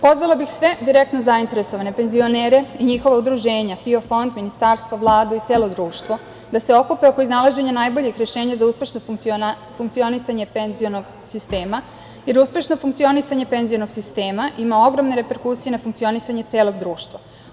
Pozvala bih sve direktne zainteresovane penzionere i njihova udruženja, PIO fond, ministarstva, Vladu i celo društvo da se okupe oko iznalaženja najboljih rešenja za uspešno funkcionisanje penzionog sistema, jer uspešno funkcionisanje penzionog sistema ima ogromne reperkusije na funkcionisanje celog društva.